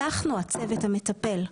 אנחנו הצוות המטפל.